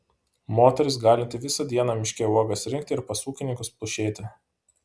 moteris galinti visą dieną miške uogas rinkti ir pas ūkininkus plušėti